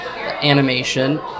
animation